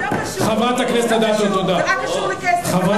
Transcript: זה רק קשור לכסף.